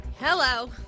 Hello